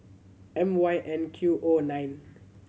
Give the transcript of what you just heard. M Y N Q O nine